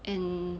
and